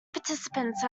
participants